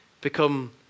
become